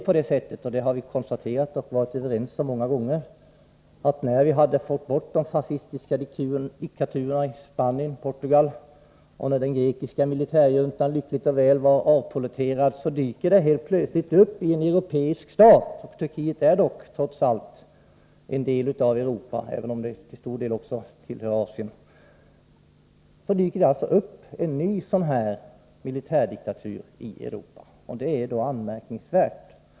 Det var nämligen så — det har vi konstaterat och varit överens om många gånger — att när vi hade fått bort de fascistiska diktaturerna i Spanien och Portugal och när den grekiska militärjuntan lyckligt och väl var avpolletterad, då dök det helt plötsligt upp en ny militärdiktatur i Europa — Turkiet är trots allt en del av Europa, även om landet till stor del tillhör Asien. Det är anmärkningsvärt.